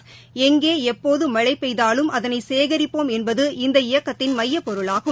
எங்கே எப்போதமழைபெய்தாலும் அதளைசேகிப்போம்என்பது இந்த இயக்கத்தின் மையப் பொருளாகும்